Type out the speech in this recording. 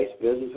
business